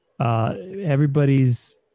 Everybody's